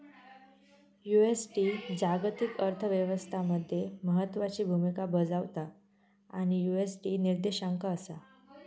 USD जागतिक अर्थ व्यवस्था मध्ये महत्त्वाची भूमिका बजावता आणि यु.एस.डी निर्देशांक असा